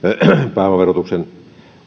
pääomaverotuksen